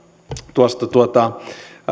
tuosta tuosta